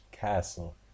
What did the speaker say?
castle